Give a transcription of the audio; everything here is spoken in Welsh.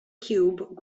ciwb